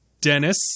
Dennis